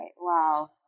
wow